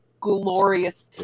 glorious